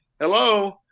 hello